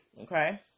Okay